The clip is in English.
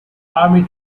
army